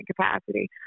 capacity